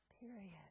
Period